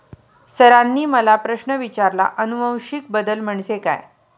सरांनी मला प्रश्न विचारला आनुवंशिक बदल म्हणजे काय?